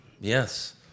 Yes